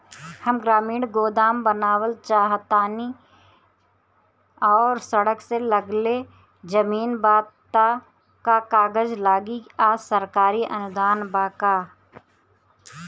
हम ग्रामीण गोदाम बनावल चाहतानी और सड़क से लगले जमीन बा त का कागज लागी आ सरकारी अनुदान बा का?